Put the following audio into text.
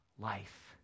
life